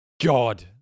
God